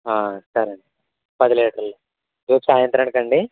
సరే అండి పది లీటర్లు రేపు సాయంత్రానికి అండి